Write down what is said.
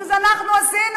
זה הזוי.